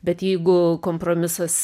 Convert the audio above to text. bet jeigu kompromisas